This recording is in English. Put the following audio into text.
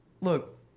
Look